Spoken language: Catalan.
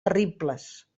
terribles